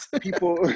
people